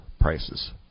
prices